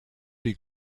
die